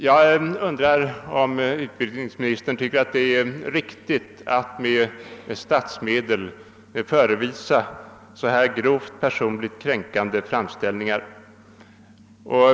Jag vill fråga om utbildningsministern tycker att det är riktigt att med statsmedel visa sådana personligt grovt kränkande framställningar.